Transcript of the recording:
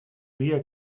dia